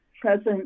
present